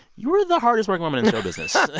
you're the hardest working woman in show business.